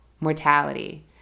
mortality